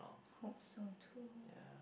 hope so too